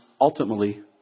ultimately